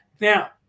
Now